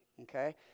Okay